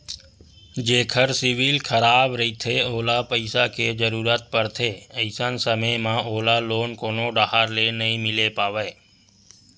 जेखर सिविल खराब रहिथे ओला पइसा के जरूरत परथे, अइसन समे म ओला लोन कोनो डाहर ले नइ मिले पावय